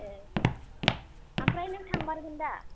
ए ओमफ्राय नों थांमारगोन दा